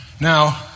Now